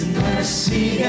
mercy